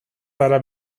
zara